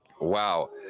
Wow